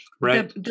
Right